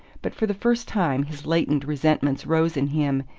but for the first time his latent resentments rose in him,